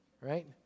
right